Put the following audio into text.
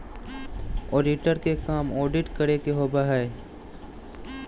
auditor के काम audit करे के होबो हइ